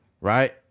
right